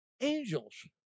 angels